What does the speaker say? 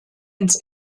ins